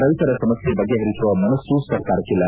ರೈತರ ಸಮಸ್ಕೆ ಬಗೆಪರಿಸುವ ಮನಸ್ಸು ಸರ್ಕಾರಕ್ಕಿಲ್ಲ